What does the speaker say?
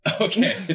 Okay